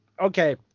okay